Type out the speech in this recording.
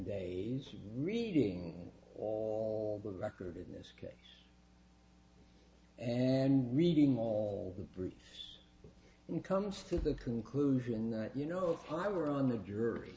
days reading all the record in this case and reading all the briefs and comes to the conclusion that you know if i were on the jury